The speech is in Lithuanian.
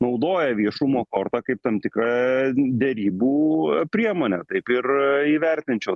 naudoja viešumo kortą kaip tam tikrą derybų priemonę taip ir įvertinčiau